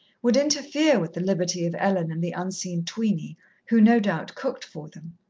would interfere with the liberty of ellen and the unseen tweeny who, no doubt, cooked for them.